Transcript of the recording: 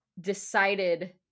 decided